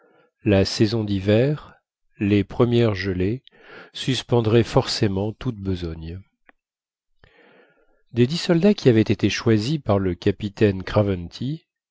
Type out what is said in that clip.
la saison d'hiver les premières gelées suspendraient forcément toute besogne des dix soldats qui avaient été choisis par le capitaine craventy